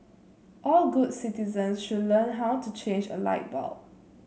all good citizens should learn how to change a light bulb